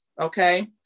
Okay